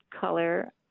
color